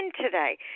today